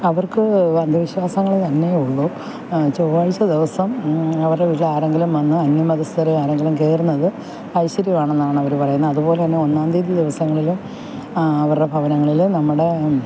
അവർക്ക് അന്ധവിശ്വാസങ്ങൾ തന്നേ ഉള്ളൂ ചൊവ്വാഴ്ച്ച ദിവസം അവരുടെ വീട്ടിൽ ആരെങ്കിലും വന്ന് അന്യമതസ്ഥർ ആരെങ്കിലും കയറുന്നത് ഐശ്വര്യം ആണെന്നാണ് അവർ പറയുന്നത് അതുപോലെ തന്നെ ഒന്നാം തീയതി ദിവസങ്ങളിൽ അവരുടെ ഭവനങ്ങളിൽ നമ്മുടെ